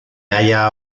halla